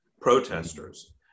protesters